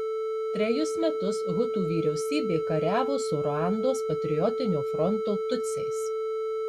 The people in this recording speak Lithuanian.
trejus metus hutų vyriausybė kariavo su ruandos patriotinio fronto tutsiais